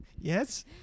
Yes